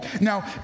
Now